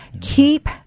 Keep